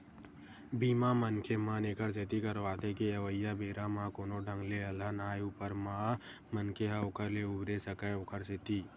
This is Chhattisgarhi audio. बीमा, मनखे मन ऐखर सेती करवाथे के अवइया बेरा म कोनो ढंग ले अलहन आय ऊपर म मनखे ह ओखर ले उबरे सकय ओखर सेती